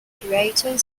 curator